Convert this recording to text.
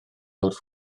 wrth